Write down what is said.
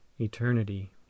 ETERNITY